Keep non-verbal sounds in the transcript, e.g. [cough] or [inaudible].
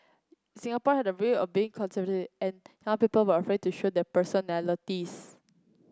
Singapore had a rep of being [unintelligible] and young people were afraid to show their personalities